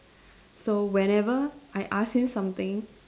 so whenever I ask him something